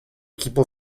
equipo